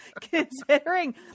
considering